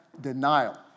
denial